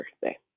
birthday